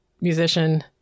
musician